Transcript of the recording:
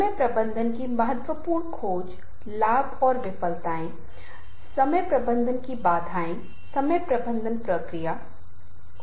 यदि आपको याद हो पिछली कुछ कक्षाओं में हमने सुनने और बोलने के कौशल और अंत में बातचीत कौशल पर काम करना शुरू किया था